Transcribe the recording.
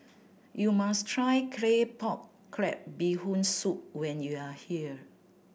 you must try Claypot Crab Bee Hoon Soup when you are here